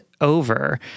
over